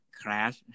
crash